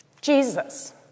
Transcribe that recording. Jesus